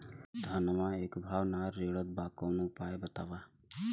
धनवा एक भाव ना रेड़त बा कवनो उपाय बतावा?